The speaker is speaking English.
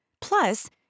Plus